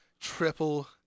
triple